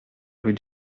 rue